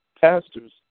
pastors